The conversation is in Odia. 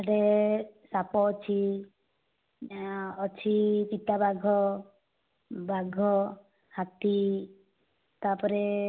ସେଠି ସାପ ଅଛି ଅଛି ଚିତା ବାଘ ବାଘ ହାତୀ ତା'ପରେ